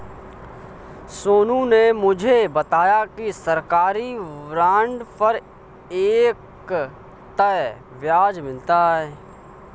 सोनू ने मुझे बताया कि सरकारी बॉन्ड पर एक तय ब्याज मिलता है